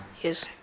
Yes